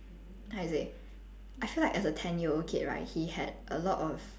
how to say I feel as a ten year old kid right he had a lot of